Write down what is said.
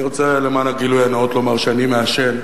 אני רוצה, למען הגילוי הנאות, לומר שאני מעשן,